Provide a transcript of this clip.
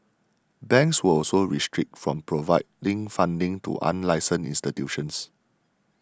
banks were also restricted from providing funding to unlicensed institutions